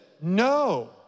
no